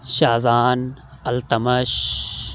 Shahzan Iltutmish